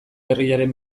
herriaren